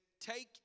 take